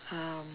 um